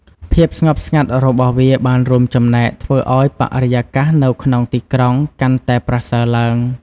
ភាពស្ងប់ស្ងាត់របស់វាបានរួមចំណែកធ្វើឱ្យបរិយាកាសនៅក្នុងទីក្រុងកាន់តែប្រសើរឡើង។